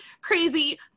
crazy